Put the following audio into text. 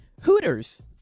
Hooters